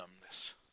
dumbness